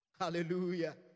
Hallelujah